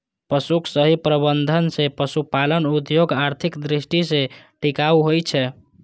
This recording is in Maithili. पशुक सही प्रबंधन सं पशुपालन उद्योग आर्थिक दृष्टि सं टिकाऊ होइ छै